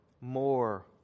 more